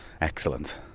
Excellent